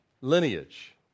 lineage